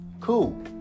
cool